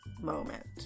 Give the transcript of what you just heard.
moment